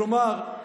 כלומר,